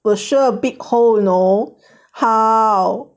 will show a big hole you know how